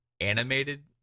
animated